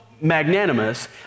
magnanimous